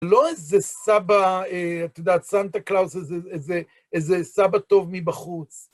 לא איזה סבא, אתה יודע, סנטה קלאוס, איזה סבא טוב מבחוץ.